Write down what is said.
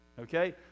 Okay